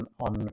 on